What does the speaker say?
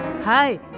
Hi